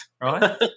right